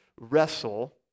wrestle